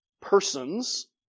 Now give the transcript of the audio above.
persons